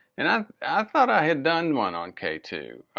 and um i thought i had done one on k two.